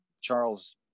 Charles